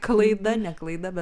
klaida ne klaida bet